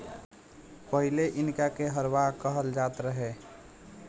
पहिले इनका के हरवाह कहल जात रहे